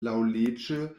laŭleĝe